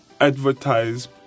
advertise